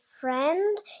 friend